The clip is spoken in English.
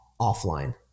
offline